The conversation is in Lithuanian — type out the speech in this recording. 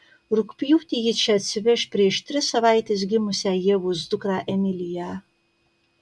rugpjūtį ji čia atsiveš prieš tris savaites gimusią ievos dukrą emiliją